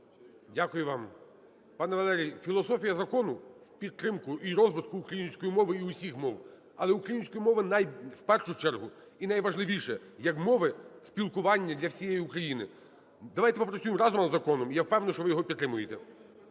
Дякую вам. Пане Валерій, філософія закону – в підтримку розвитку української мови і усіх мов, але української мови - в першу чергу, і найважливіше, як мови спілкування для всієї України. Давайте попрацюємо разом над законом, і я впевнений, що ви його підтримаєте.